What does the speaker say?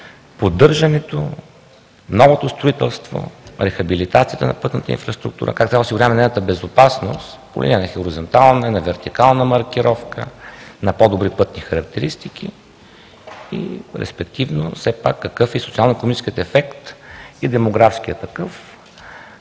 поддържането, новото строителство, рехабилитацията на пътната инфраструктура, как трябва да осигуряваме нейната безопасност по линия на хоризонтална, на вертикална маркировка, на по-добри пътни характеристики и респективно какви са социално-икономическият и демографският ефект